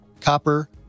copper